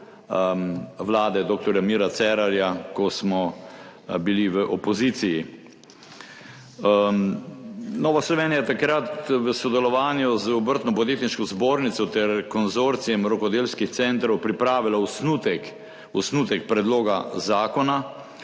vlade dr. Mira Cerarja, ko smo bili v opoziciji. Nova Slovenija je takrat v sodelovanju z Obrtno-podjetniško zbornico ter Konzorcijem rokodelskih centrov Slovenije pripravila osnutek predloga zakona.